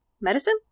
Medicine